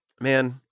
man